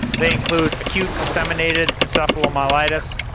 they include acute disseminated encephalomyelitis,